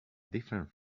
different